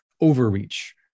overreach